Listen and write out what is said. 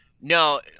no